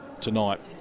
tonight